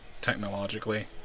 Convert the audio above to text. technologically